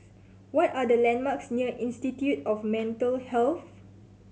what are the landmarks near Institute of Mental Health